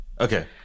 Okay